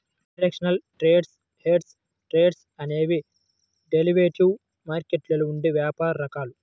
directional trades, hedged trades అనేవి derivative మార్కెట్లో ఉండే వ్యాపార రకాలు